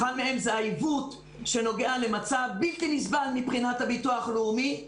אחד מהם זה העיוות שנוגע למצב בלתי נסבל מבחינת הביטוח הלאומי.